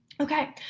Okay